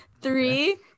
three